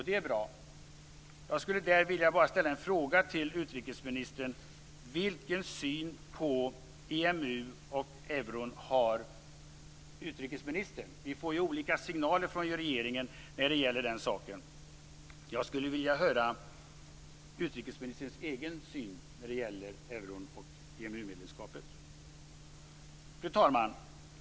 Det är bra men jag skulle vilja fråga utrikesministern: Vilken syn på EMU och euron har utrikesministern? Vi får ju olika signaler från regeringen när det gäller den saken. Jag skulle alltså vilja höra vad som är utrikesministerns egen syn på euron och EMU-medlemskapet. Fru talman!